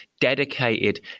dedicated